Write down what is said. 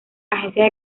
agencias